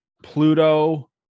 pluto